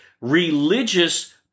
religious